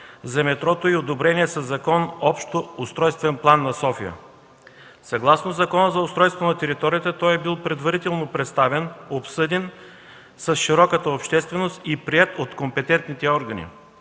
за метрото и одобрения със закон общоустройствен план на София. Съгласно Закона за устройство на територията той е бил предварително представен, обсъден с широката общественост и приет от компетентните органи.